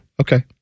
Okay